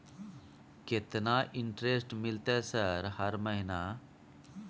केतना इंटेरेस्ट मिलते सर हर महीना?